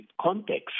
context